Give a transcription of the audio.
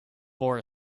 for